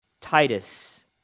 Titus